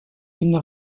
une